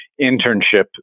internship